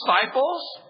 disciples